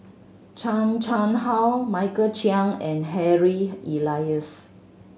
Chan Chang How Michael Chiang and Harry Elias